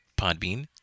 Podbean